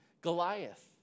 Goliath